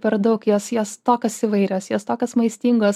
per daug jos jos tokios įvairios jos tokios maistingos